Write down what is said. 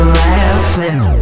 laughing